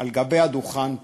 על הדוכן פה,